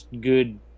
good